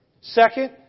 Second